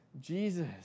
Jesus